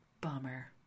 Bummer